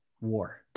war